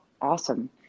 awesome